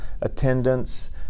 attendance